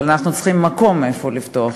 אבל אנחנו צריכים מקום כדי לפתוח.